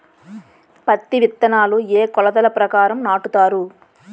పత్తి విత్తనాలు ఏ ఏ కొలతల ప్రకారం నాటుతారు?